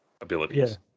Abilities